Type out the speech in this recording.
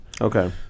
Okay